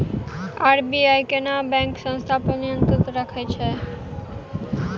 RBI केना गैर banking संस्था पर नियत्रंण राखैत छैक?